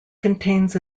contains